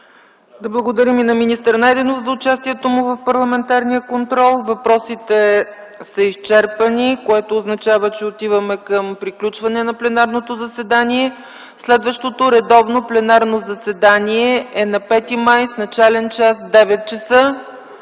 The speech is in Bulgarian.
Да благодарим на министър Найденов за участието му в парламентарния контрол. Въпросите са изчерпани, което означава, че отиваме към приключване на пленарното заседание. Следващото редовно пленарно заседание е на 5 май 2010 г. с начален час 9,00 ч.